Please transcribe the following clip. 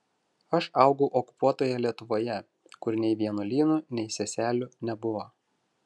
aš augau okupuotoje lietuvoje kur nei vienuolynų nei seselių nebuvo